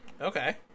Okay